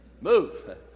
move